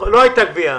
אם לא הייתה גבייה,